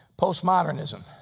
Postmodernism